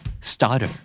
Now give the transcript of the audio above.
Starter